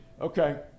Okay